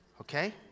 okay